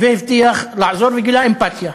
הבטיח לעזור וגילה אמפתיה.